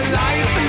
life